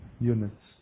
units